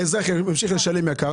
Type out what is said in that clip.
האזרח ממשיך לשלם יקר.